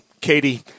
katie